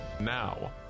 Now